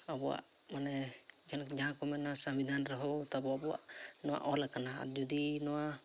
ᱟᱵᱚᱣᱟᱜ ᱢᱟᱱᱮ ᱡᱟᱦᱟᱸ ᱠᱚ ᱢᱮᱱᱟ ᱥᱟᱝᱵᱤᱫᱷᱟᱱ ᱨᱮᱦᱚᱸ ᱛᱟᱵᱚ ᱟᱵᱚᱣᱟᱜ ᱱᱚᱣᱟ ᱚᱞᱟᱠᱟᱱᱟ ᱟᱨ ᱡᱩᱫᱤ ᱱᱚᱣᱟ